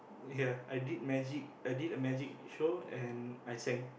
ya I did magic I did a magic show and I sang